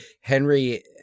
Henry